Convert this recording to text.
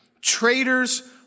traitors